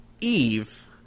Eve